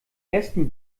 ersten